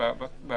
של